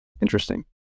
Interesting